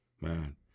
man